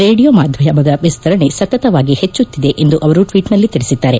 radio ಮಾಧ್ಯಮದ ವಿಸ್ತರಣೆ ಸತತವಾಗಿ ಹೆಚ್ಚುತ್ತಿದೆ ಎಂದು ಅವರು ಟ್ವೀಟ್ನಲ್ಲಿ ತಿಳಿಸಿದ್ದಾರೆ